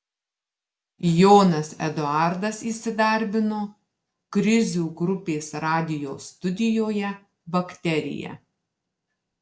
jonas eduardas įsidarbino krizių grupės radijo studijoje bakterija